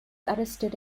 arrested